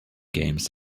games